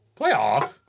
Playoff